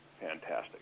fantastic